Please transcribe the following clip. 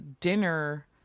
dinner